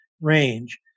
range